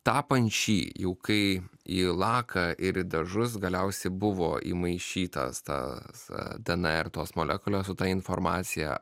tapant šį jau kai į laką ir į dažus galiausiai buvo įmaišytas tas dnr tos molekulės su ta informacija